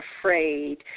afraid